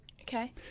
Okay